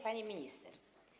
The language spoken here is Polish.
Pani Minister!